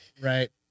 right